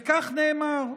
וכך נאמר: